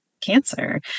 cancer